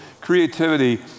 creativity